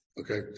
Okay